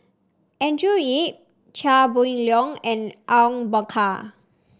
Andrew Yip Chia Boon Leong and Awang Bakar